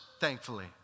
Thankfully